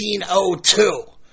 1902